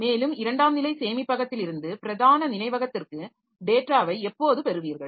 மேலும் இரண்டாம் நிலை சேமிப்பகத்திலிருந்து பிரதான நினைவகத்திற்கு டேட்டாவை எப்போது பெறுவீர்கள்